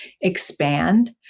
expand